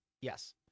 Yes